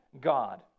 God